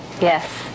Yes